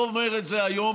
אני לא אומר את זה היום,